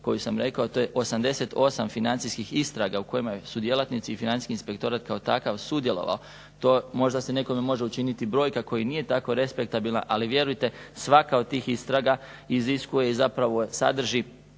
koju sam rekao, a to je 88 financijska istraga u kojima su djelatnici i Financijski inspektorat kao takav sudjelovao. To možda se nekome može učiniti brojka koja i nije tako respektabilna, ali vjerujte svaka od tih istraga iziskuje i zapravo sadrži